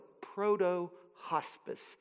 proto-hospice